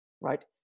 right